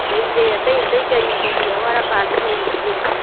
ꯑꯗꯒꯤ ꯀꯔꯤ ꯑꯇꯩ ꯑꯇꯩ ꯀꯔꯤ ꯀꯔꯤ ꯑꯋꯥꯠ ꯑꯄꯥꯗꯤ ꯂꯩꯔꯤꯒꯦ